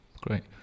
great